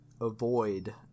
avoid